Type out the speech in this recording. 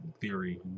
theory